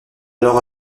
alors